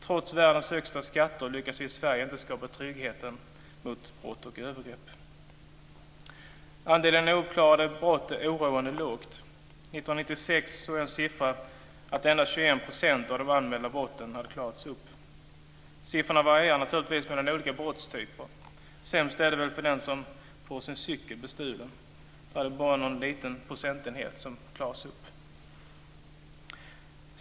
Trots världens högsta skatter lyckas vi i Sverige inte skapa trygghet mot brott och övergrepp. Andelen uppklarade brott är oroande liten. Jag har sett att år 1996 hade endast 21 % av de anmälda brotten klarats upp. Siffrorna varierar naturligtvis mellan olika brottstyper. Sämst är det väl för den som blir bestulen på sin cykel. Bara någon enstaka procent av de brotten klaras upp.